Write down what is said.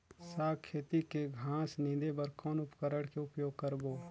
साग खेती के घास निंदे बर कौन उपकरण के उपयोग करबो?